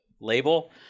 label